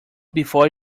before